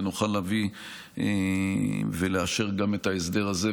ונוכל להביא ולאשר גם את ההסדר הזה,